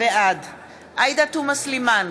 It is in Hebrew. בעד עאידה תומא סלימאן,